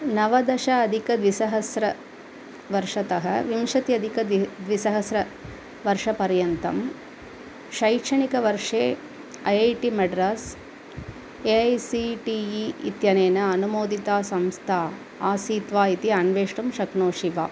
नवदश अधिकद्विसहस्रवर्षतः विंशति अधिकद्विसहस्रवर्षपर्यन्तं शैक्षणिकवर्षे I I T Madras A I C T E इत्यनेन अनुमोदिता संस्था आसीत् वा इति अन्वेष्टुं शक्नोषि वा